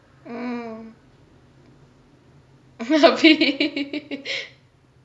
mm a bit